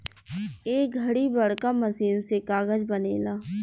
ए घड़ी बड़का मशीन से कागज़ बनेला